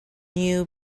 you